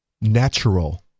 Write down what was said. natural